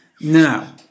Now